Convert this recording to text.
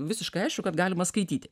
visiškai aišku kad galima skaityti